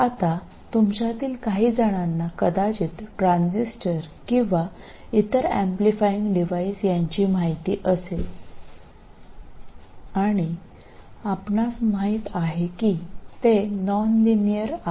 आता तुमच्यातील काहीजणांना कदाचित ट्रान्झिस्टर किंवा इतर एम्प्लिफाईंग डिव्हाइस यांची माहिती असेल आणि आपणास माहित आहे की ते नॉन लिनियर आहेत